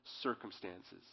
circumstances